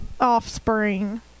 Offspring